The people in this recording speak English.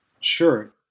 Sure